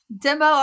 demo